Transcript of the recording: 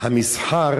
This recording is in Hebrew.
המסחר